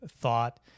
thought